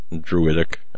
Druidic